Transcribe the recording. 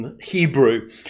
Hebrew